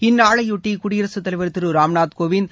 இந்நாளையொட்டி குடியரகத் தலைவர் திரு ராம்நாத் கோவிந்த்